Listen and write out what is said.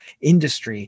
industry